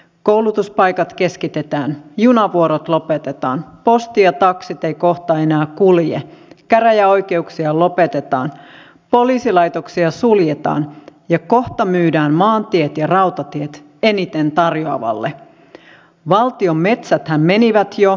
koulutuspaikat keskitetään junavuorot lopetetaan posti ja taksit eivät kohta enää kulje käräjäoikeuksia lopetetaan poliisilaitoksia suljetaan ja kohta myydään maantiet ja rautatiet eniten tarjoavalle valtion metsäthän menivät jo